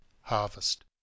Harvest